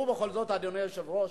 אדוני היושב-ראש,